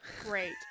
Great